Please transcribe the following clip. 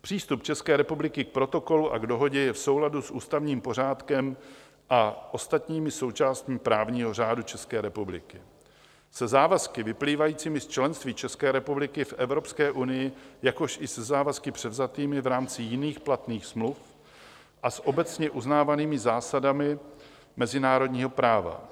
Přístup České republiky k Protokolu a k Dohodě je v souladu s ústavním pořádkem a ostatními součástmi právního řádu České republiky, se závazky vyplývajícími z členství České republiky v Evropské unii, jakož i se závazky převzatými v rámci jiných platných smluv a s obecně uznávanými zásadami mezinárodního práva.